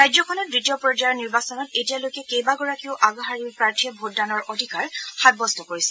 ৰাজ্যখনত দ্বিতীয় পৰ্যায়ৰ নিৰ্বাচনত এতিয়ালৈকে কেইবাগৰাকীও আগশাৰীৰ প্ৰাৰ্থীয়ে ভোটদানৰ অধিকাৰ সাব্যস্ত কৰিছে